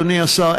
אדוני השר,